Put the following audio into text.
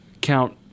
count